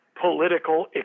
political